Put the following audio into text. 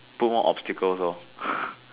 put more obstacles hor